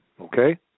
Okay